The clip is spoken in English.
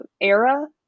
era